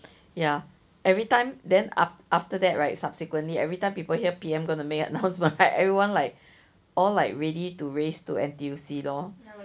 ya every time then aft~ after that right subsequently every time people hear P_M going to make it announcement right then everyone like all like ready to race to N_T_U_C lor